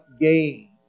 gain